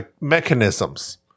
Mechanisms